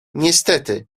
niestety